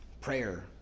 prayer